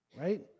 right